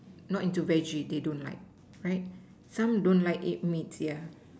not into veggie they don't like right some don't like eat meat ya